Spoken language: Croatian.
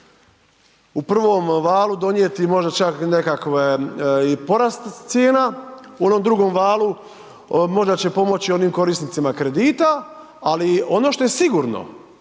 prvom valu donijeti možda čak nekakve i porast cijena, u onom drugom valu možda će pomoći onim korisnicima kredita, ali ono što je sigurno,